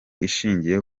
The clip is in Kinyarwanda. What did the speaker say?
ishingiye